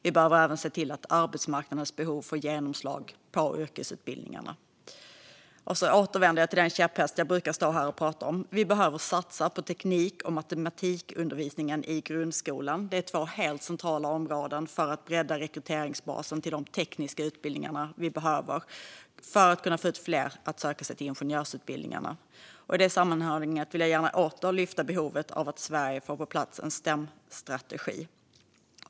Vi behöver även se till att arbetsmarknadens behov får genomslag i yrkesutbildningarna. Och så återvänder jag till den käpphäst jag brukar stå här och prata om. Vi behöver satsa på teknik och matematikundervisningen i grundskolan. Det är två helt centrala områden för att bredda rekryteringsbasen till de tekniska utbildningar vi behöver - detta för att kunna få fler att söka sig till ingenjörsutbildningarna. I det sammanhanget vill jag gärna åter lyfta behovet av att Sverige får på plats en STEM-strategi.